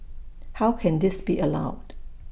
how can this be allowed